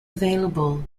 available